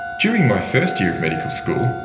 during my first year of medical school,